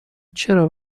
چرا